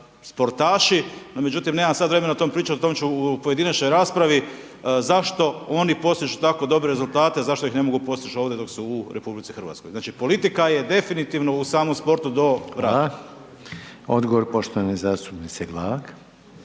sportaši, no međutim nemam sad vremena o tom pričat, o tom ću u pojedinačnoj raspravi, zašto oni postižu tako dobre rezultate, zašto ih ne mogu postić ovde dok su u RH. Znači politika je u samom sportu do …/nerazumljivo/…. **Reiner, Željko